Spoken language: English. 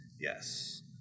Yes